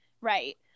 Right